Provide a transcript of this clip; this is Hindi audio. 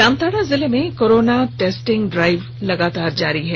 जामताड़ा जिले में कोरोना टेस्टिंग ड्राइव लगातार जारी है